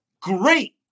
great